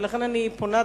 ולכן אני פונה,